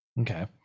Okay